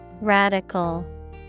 Radical